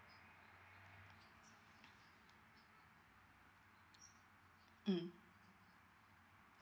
mm